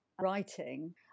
writing